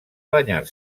banyar